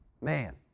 man